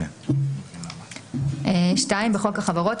בחוק החברות,